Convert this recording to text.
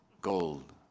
gold